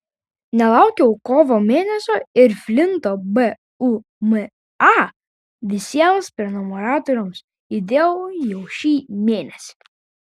nelaukiau kovo mėnesio ir flinto bumą visiems prenumeratoriams įdėjau jau šį mėnesį